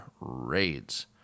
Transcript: raids